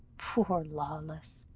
poor lawless!